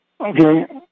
Okay